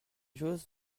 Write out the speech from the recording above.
chose